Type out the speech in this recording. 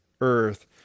earth